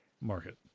market